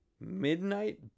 Midnight